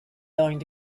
going